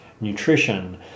nutrition